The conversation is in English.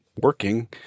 working